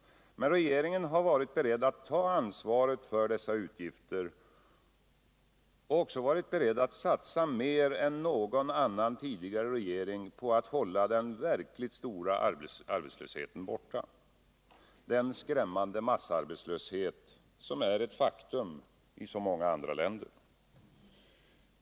Men regeringen har varit beredd att ta ansvaret för dessa utgifter och satsa mer än någon tidigare regering på att hålla den verkligt stora arbetslösheten borta — den skrämmande massarbetslöshet som är ett faktum i så många andra länder.